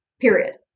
period